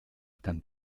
dann